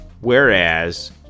Whereas